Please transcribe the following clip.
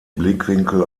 blickwinkel